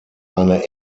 eine